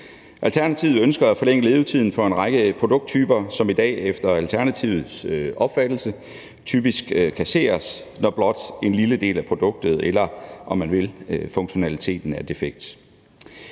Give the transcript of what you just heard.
Alternativet ønsker at forlænge levetiden for en række produkttyper, som i dag efter Alternativets opfattelse typisk kasseres, når blot en lille del af produktet eller, om man vil, funktionaliteten er defekt.